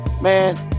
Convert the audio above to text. man